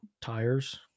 tires